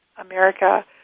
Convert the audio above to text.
America